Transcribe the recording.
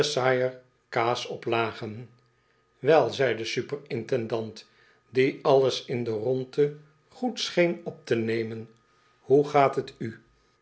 kaas op lagen wel zei de super intendant die alles in de rondte goed scheen op te nemen hoe gaat t u